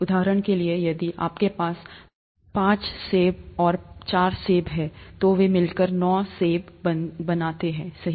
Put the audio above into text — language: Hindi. उदाहरण के लिए यदि आपके पास पाँच सेब और चार सेब हैं तो वे मिलकर नौ सेब बनाते हैं सही